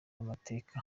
amateka